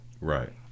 right